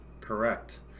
Correct